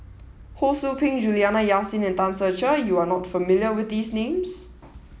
Ho Sou Ping Juliana Yasin and Tan Ser Cher you are not familiar with these names